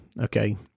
Okay